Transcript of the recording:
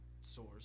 source